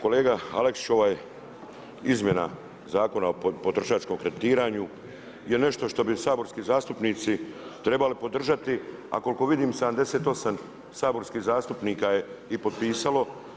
Kolega Aleksić, izmjena Zakona o potrošačkom kreditiranju je nešto što bi saborski zastupnici trebali podržati, ali koliko vidim 78 saborskih zastupnika je i potpisalo.